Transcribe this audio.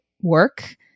work